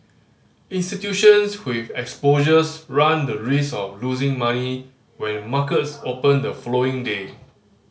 institutions with exposures run the risk of losing money when markets open the following day